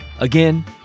Again